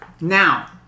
Now